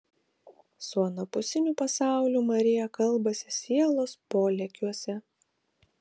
su anapusiniu pasauliu marija kalbasi sielos polėkiuose